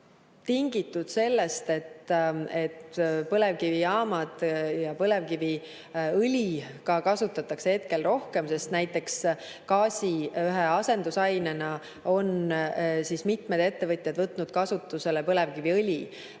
tingitud sellest, et põlevkivijaamu ja põlevkiviõli kasutatakse praegu rohkem, sest gaasi ühe asendusainena on mitmed ettevõtjad võtnud kasutusele põlevkiviõli.